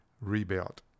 rebuilt